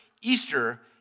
Easter